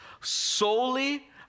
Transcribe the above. solely